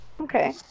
Okay